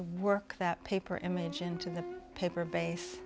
work that paper image into the paper base